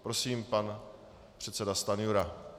Prosím, pan předseda Stanjura.